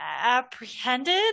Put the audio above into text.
apprehended